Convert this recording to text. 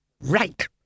Right